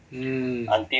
mm